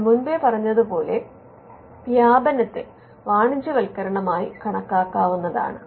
നമ്മൾ മുൻപേ പറഞ്ഞതുപോലെ വ്യാപനത്തെ വാണിജ്യവത്കരണമായി കണക്കാക്കാവുന്നതാണ്